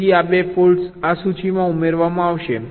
તેથી આ 2 ફોલ્ટ્સ આ સૂચિમાં ઉમેરવામાં આવશે